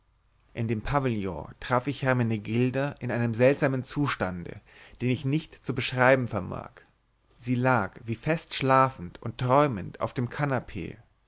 in dem pavillon traf ich hermenegilda in einem seltsamen zustande den ich nicht zu beschreiben vermag sie lag wie festschlafend und träumend auf dem kanapee